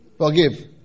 Forgive